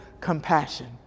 compassion